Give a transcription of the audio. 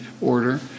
Order